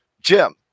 Jim